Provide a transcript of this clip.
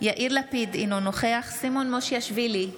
יאיר לפיד, אינו נוכח סימון מושיאשוילי,